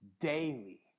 daily